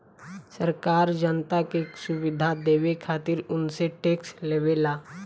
सरकार जनता के सुविधा देवे खातिर उनसे टेक्स लेवेला